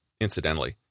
Incidentally